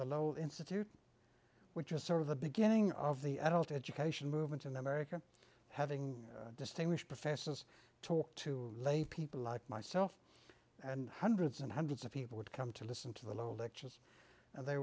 the low institute which was sort of the beginning of the adult education movement in america having a distinguished professor talk to lay people like myself and hundreds and hundreds of people would come to listen to the old actions and they